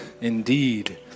indeed